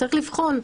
צריך לבחון.